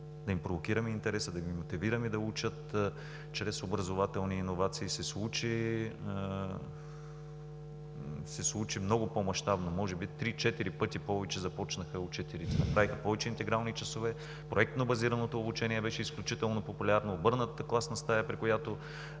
да им провокираме интереса, да ги мотивираме да учат чрез образователни иновации, се случи много по-мащабно, може би три-четири пъти повече започнаха учителите, направиха повече интегрални часове. Проектно-базираното обучение беше изключително популярно. Обърнатата класна стая, при която